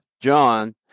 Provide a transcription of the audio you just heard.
John